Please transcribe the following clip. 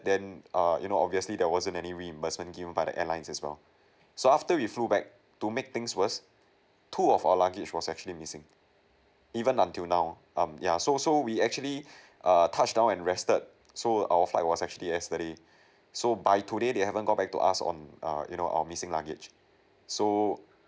then err you know obviously there wasn't any reimbursement given by the airlines as well so after we flew back to make things worst two of our luggage was actually missing even until now um yeah so so we actually err touchdown and rested so our flight was actually yesterday so by today they haven't got back to us on err you know our missing luggage so